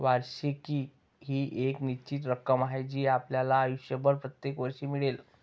वार्षिकी ही एक निश्चित रक्कम आहे जी आपल्याला आयुष्यभर प्रत्येक वर्षी मिळेल